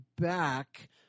back